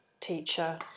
teacher